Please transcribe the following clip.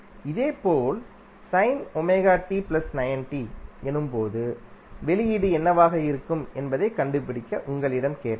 இதேபோல் எனும்போது வெளியீடு என்னவாக இருக்கும்என்பதைக் கண்டுபிடிக்க உங்களிடம் கேட்டால்